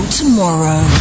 tomorrow